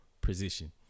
position